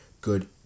good